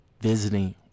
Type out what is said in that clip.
visiting